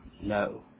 No